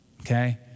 Okay